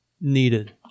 needed